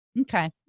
Okay